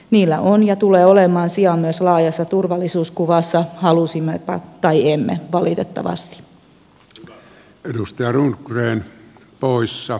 niillä on ja tulee olemaan sija myös laajassa turvallisuuskuvassa halusimmepa tai emme valitettavasti